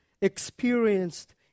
experienced